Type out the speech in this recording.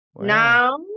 Now